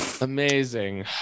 amazing